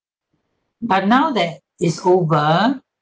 but now that is over